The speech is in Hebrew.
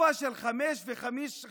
לתקופה של 55 שנים,